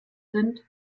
sind